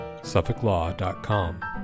Suffolklaw.com